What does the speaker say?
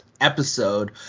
episode